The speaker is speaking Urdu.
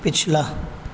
پچھلا